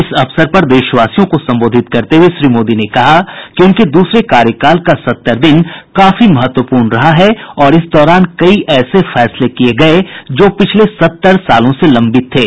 इस अवसर पर देशवासियों को संबोधित करते हुए श्री मोदी ने कहा कि उनके दूसरे कार्यकाल का सत्तर दिन काफी महत्वपूर्ण रहा है और इस दौरान कई ऐसे फैसले किये गये जो पिछले सत्तर सालों से लंबित थे